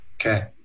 Okay